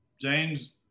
James